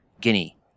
Guinea